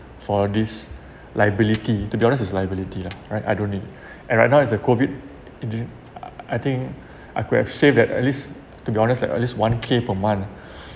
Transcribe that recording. for this liability to be honest it's liability lah right I don't need and right now is a COVID endu~ I think I could have saved that at least to be honest like at least one k per month